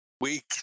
week